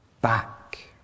back